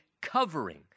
covering